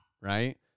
right